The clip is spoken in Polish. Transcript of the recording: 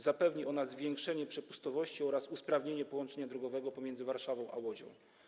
Zapewni ona zwiększenie przepustowości oraz usprawnienie połączenia drogowego pomiędzy Warszawą a Łodzią.